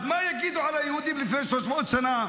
אז מה יגידו על היהודים לפני 300 שנה?